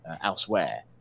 Elsewhere